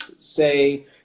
say